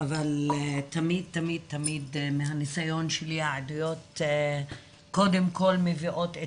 אבל תמיד מהניסיון שלי העדויות קודם כל מביאות את